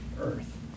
earth